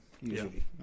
usually